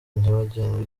nyabagendwa